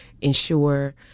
ensure